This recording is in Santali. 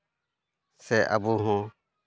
ᱥᱮ ᱟᱵᱚ ᱦᱚᱸ